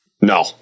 No